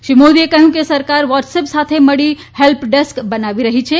શ્રી મોદીએ કહયું કે સરકાર વોટસ અપ સાથે મળીને હેલ્પ ડેસ્ક બનાવી રહી છે